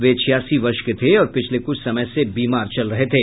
वे छियासी वर्ष के थे और पिछले कुछ समय से बीमार चल रहे थे